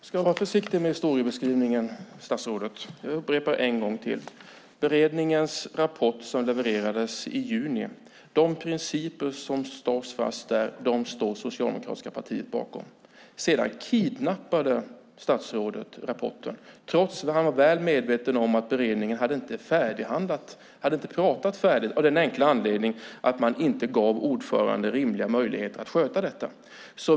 Herr talman! Statsrådet ska vara försiktig med historieskrivningen. Jag upprepar en gång till att de principer som slås fast i beredningens rapport som levererades i juni står socialdemokratiska partiet bakom. Sedan kidnappade statsrådet rapporten, trots att han var väl medveten om att beredningen inte hade pratat färdigt - av den enkla anledningen att man inte gav ordföranden rimliga möjligheter att sköta detta.